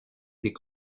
des